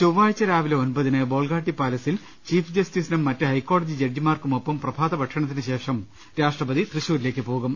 ചൊവ്വാഴ്ച രാവിലെ ഒമ്പതിന് ബോൾഗാട്ടി പാലസിൽ ചീഫ് ജസ്റ്റിസിനും മറ്റു ഹൈക്കോടതി ജഡ്ജിമാർക്കും ഒപ്പം പ്രഭാത ഭക്ഷണത്തിന് ശേഷം രാഷ്ട്രപതി തൃശൂരിലേക്ക് പുറപ്പെടും